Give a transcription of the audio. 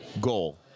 goal